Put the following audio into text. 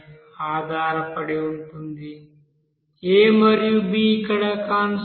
a మరియు b ఇక్కడ constants